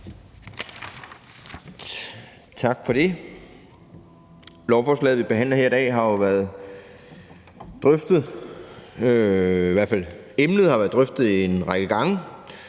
Tak for det. Lovforslaget, vi behandler her i dag, har jo været drøftet; i hvert fald har emnet været drøftet en række gange,